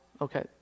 okay